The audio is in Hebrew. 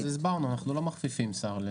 אז הסברנו, אנחנו לא מכפיפים שר.